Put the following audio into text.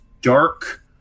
dark